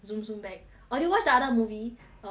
zoom zoom back oh did you watch the other movie um